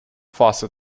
force